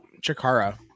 Chikara